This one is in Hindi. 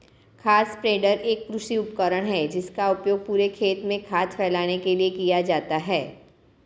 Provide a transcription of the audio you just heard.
खाद स्प्रेडर एक कृषि उपकरण है जिसका उपयोग पूरे खेत में खाद फैलाने के लिए किया जाता है